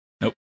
Nope